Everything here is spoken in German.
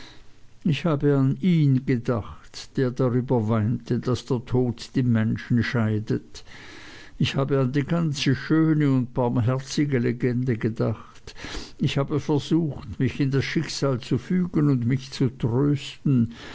ich habe an ihn gedacht der darüber weinte daß der tod die menschen scheidet ich habe an die ganze schöne und barmherzige legende gedacht ich habe versucht mich in das schicksal zu fügen und mich zu trösten